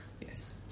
Yes